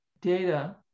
data